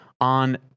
on